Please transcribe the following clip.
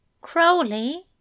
Crowley